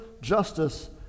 justice